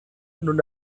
non